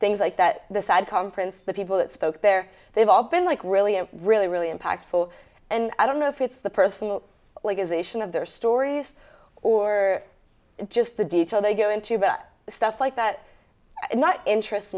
things like that the side conference the people that spoke there they've all been like really really really impactful and i don't know if it's the personal like is ation of their stories or just the detail they go into but stuff like that not interest